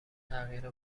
تغییر